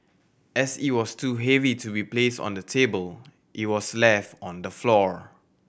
as it was too heavy to be placed on the table it was left on the floor